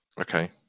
Okay